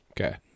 Okay